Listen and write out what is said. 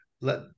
let